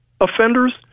offenders